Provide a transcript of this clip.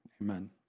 Amen